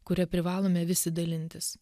kuria privalome visi dalintis